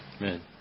Amen